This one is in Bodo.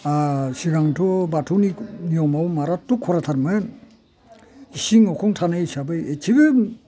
सिगांथ' बाथौनि नियमाव माराथ' खराथारमोन इसिं अखं थानाय हिसाबै एसेबो